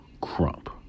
Crump